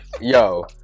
Yo